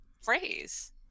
phrase